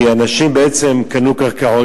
כי אנשים בעצם קנו קרקעות,